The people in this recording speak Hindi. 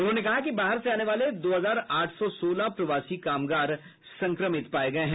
उन्होंने कहा कि बाहर से आने वाले दो हजार आठ सौ सोलह प्रवासी कामगार संक्रमित पाये गये हैं